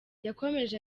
yakomeje